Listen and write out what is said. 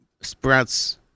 sprouts